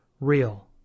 real